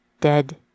Dead